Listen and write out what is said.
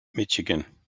michigan